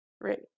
right